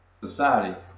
society